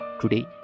Today